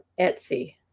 etsy